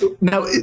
now